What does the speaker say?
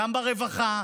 גם ברווחה,